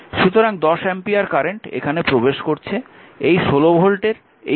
সুতরাং 10 ampere current এখানে প্রবেশ করছে এই 16 ভোল্টের এই ঋণাত্মক টার্মিনাল দিয়ে প্রবেশ করছে